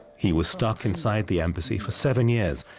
he was stuck inside the embassy for seven years,